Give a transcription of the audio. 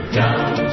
down